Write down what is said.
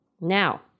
Now